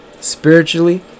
Spiritually